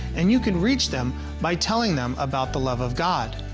and you can reach them by telling them about the love of god.